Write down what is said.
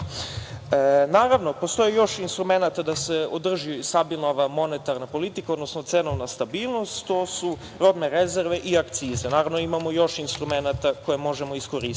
reći. Naravno, postoji još instrumenata da se održi stabilna monetarna politika, odnosno cenovna stabilnost. To su robne rezerve i akcize, naravno imamo još instrumenata koje možemo iskoristiti. Ovde